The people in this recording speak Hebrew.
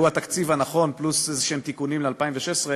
התקציב הנכון פלוס איזשהם תיקונים ל-2016,